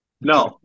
No